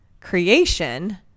creation